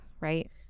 right